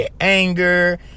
anger